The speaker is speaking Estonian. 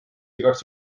igaks